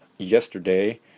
Yesterday